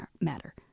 matter